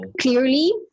clearly